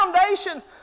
foundation